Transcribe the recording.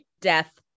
Death